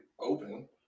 open